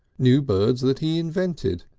new birds that he invented,